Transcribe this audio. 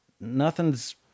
nothing's